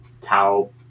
Tau